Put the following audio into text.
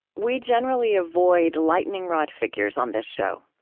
we generally avoid lightning rod figures on this show.